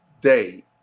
day